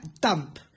dump